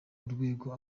urwego